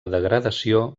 degradació